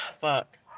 Fuck